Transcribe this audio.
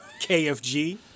KFG